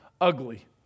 ugly